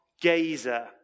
gazer